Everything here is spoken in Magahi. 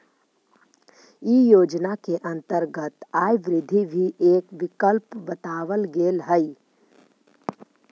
इ योजना के अंतर्गत आय वृद्धि भी एक विकल्प बतावल गेल हई